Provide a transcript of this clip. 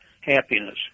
happiness